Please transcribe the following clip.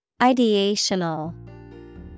Ideational